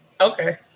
Okay